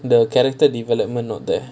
the character development not there